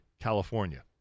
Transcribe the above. California